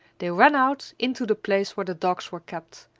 they ran out into the place where the dogs were kept,